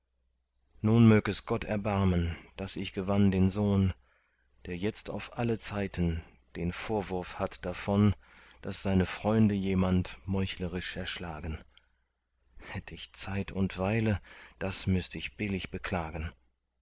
nun mög es gott erbarmen daß ich gewann den sohn der jetzt auf alle zeiten den vorwurf hat davon daß seine freunde jemand meuchlerisch erschlagen hätt ich zeit und weile daß müßt ich billig beklagen